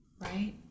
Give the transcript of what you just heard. right